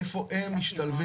איפה הם משתלבים?